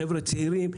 חבר'ה צעירים,